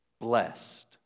blessed